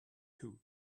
too